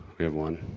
we have one,